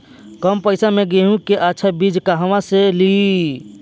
कम पैसा में गेहूं के अच्छा बिज कहवा से ली?